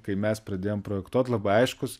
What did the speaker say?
kai mes pradėjom projektuot labai aiškus